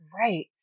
Right